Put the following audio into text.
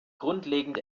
grundlegend